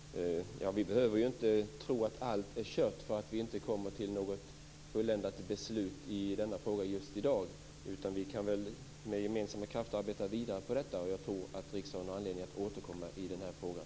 Herr talman! Vi behöver inte tro att allt är kört för att vi inte kommer till något fulländat beslut i denna fråga just i dag. Vi kan väl med gemensamma krafter arbeta vidare på detta. Jag tror att riksdagen har anledning att återkomma i den här frågan.